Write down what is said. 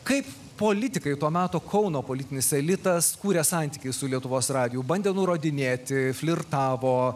kaip politikai to meto kauno politinis elitas kūrė santykį su lietuvos radiju bandė nurodinėti flirtavo